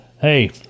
Hey